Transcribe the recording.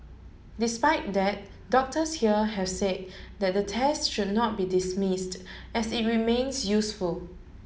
despite that doctors here have said that the test should not be dismissed as it remains useful